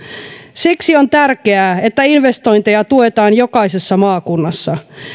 siksi on tärkeää että investointeja tuetaan jokaisessa maakunnassa